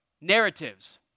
narratives